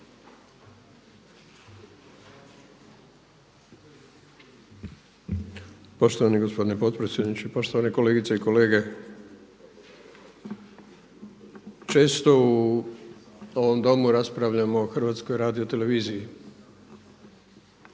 Poštovani gospodine potpredsjedniče, poštovane kolegice i kolege. Često u ovom Domu raspravljamo o HRT-u i ponekad